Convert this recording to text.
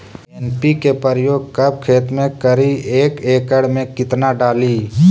NPK प्रयोग कब खेत मे करि एक एकड़ मे कितना डाली?